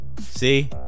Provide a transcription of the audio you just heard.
See